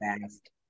fast